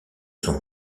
son